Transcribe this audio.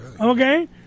okay